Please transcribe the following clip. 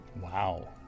Wow